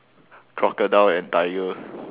crocodile and tiger